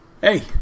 Hey